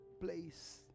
place